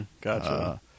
Gotcha